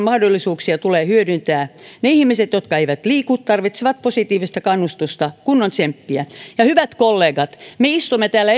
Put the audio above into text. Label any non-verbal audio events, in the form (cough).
(unintelligible) mahdollisuuksia tulee hyödyntää ne ihmiset jotka eivät liiku tarvitsevat positiivista kannustusta kunnon tsemppiä hyvät kollegat me istumme täällä (unintelligible)